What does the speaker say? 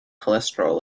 cholesterol